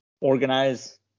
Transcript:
organize